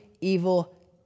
evil